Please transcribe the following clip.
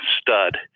stud